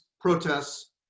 protests